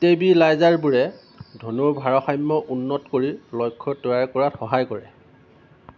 ষ্টেবিলাইজাৰবোৰে ধনুৰ ভাৰসাম্য উন্নত কৰি লক্ষ্য তৈয়াৰ কৰাত সহায় কৰে